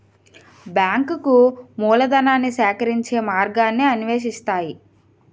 బ్యాంకులు మూలధనాన్ని సేకరించే మార్గాన్ని అన్వేషిస్తాయి